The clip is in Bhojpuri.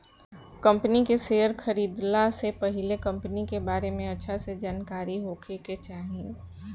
कंपनी के शेयर खरीदला से पहिले कंपनी के बारे में अच्छा से जानकारी होखे के चाही